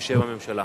בשם הממשלה.